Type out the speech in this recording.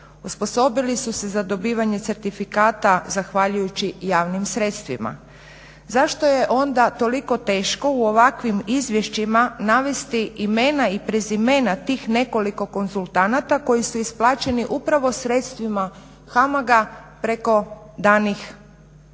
osposobili su se za dobivanje certifikata zahvaljujući javnim sredstvima. Zašto je onda toliko teško u ovakvim izvješćima navesti imena i prezimena tih nekoliko konzultanata koji su isplaćeni upravo sredstvima HAMAG-a preko danih